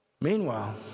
Meanwhile